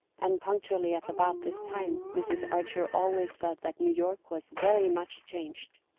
and punctually at about this time mrs. archer always said that new york was very much changed.